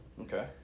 Okay